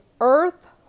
earth